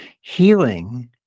Healing